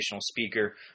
speaker